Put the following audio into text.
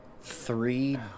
three